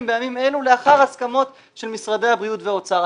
בימים אלו לאחר הסכמות של משרדי הבריאות והאוצר.